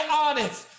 honest